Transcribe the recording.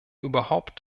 überhaupt